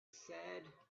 said